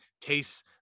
tastes